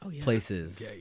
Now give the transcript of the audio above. places